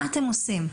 מה אתם עושים?